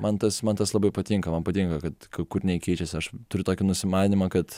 man tas man tas labai patinka man patinka kad kūriniai keičiasi aš turiu tokį nusimanymą kad